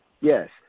Yes